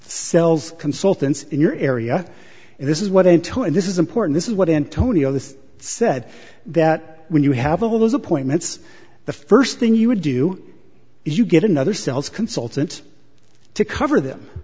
cells consultants in your area and this is what intel and this is important this is what antonio this said that when you have all those appointments the first thing you would do you get another sales consultant to cover them